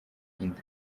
inda